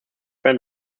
where